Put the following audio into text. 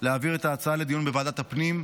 להעביר את ההצעה לדיון בוועדת הפנים,